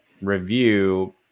review